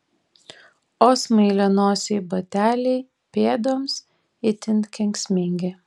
o smailianosiai bateliai pėdoms itin kenksmingi